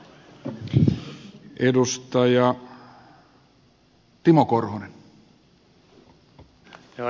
arvoisa puhemies